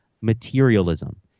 materialism